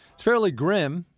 it's fairly grim.